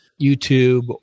YouTube